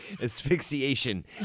Asphyxiation